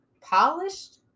polished